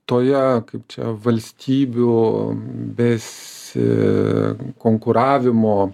toje kaip čia valstybių besikonkuravimo